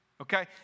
okay